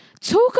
talk